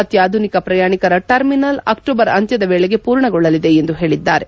ಅತ್ನಾಧುನಿಕ ಪ್ರಯಾಣಿಕರ terminal October ಅಂತ್ಲದ ವೇಳೆಗೆ ಪೂರ್ಣಗೊಳ್ಳಲಿದೆ ಎಂದು ಹೇಳಿದ್ದಾರೆ